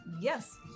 Yes